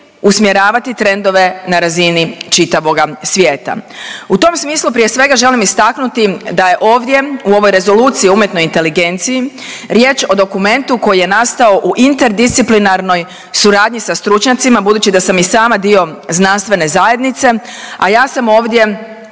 usmjeravati trendove na razini čitavoga svijeta. U tom smislu, prije svega želim istaknuti da je ovdje, u ovoj rezoluciji o umjetnoj inteligenciji riječ o dokumentu koji je nastao u interdisciplinarnoj suradnji sa stručnjacima, budući sam i sama dio znanstvene zajednice, a ja sam ovdje